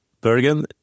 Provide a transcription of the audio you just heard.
Bergen